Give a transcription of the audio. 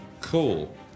Cool